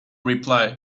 reply